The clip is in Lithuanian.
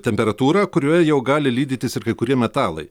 temperatūrą kurioje jau gali lydytis ir kai kurie metalai